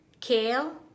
kale